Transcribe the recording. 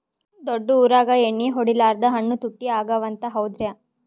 ದೊಡ್ಡ ಊರಾಗ ಎಣ್ಣಿ ಹೊಡಿಲಾರ್ದ ಹಣ್ಣು ತುಟ್ಟಿ ಅಗವ ಅಂತ, ಹೌದ್ರ್ಯಾ?